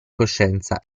coscienza